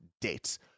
dates